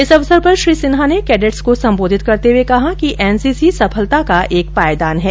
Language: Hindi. इस अवसर पर श्री सिन्हा ने कैडेट्स को संबोधित करते हुए कहा कि एनसीसी सफलता का एक पायदान है